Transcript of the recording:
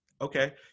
Okay